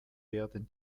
werden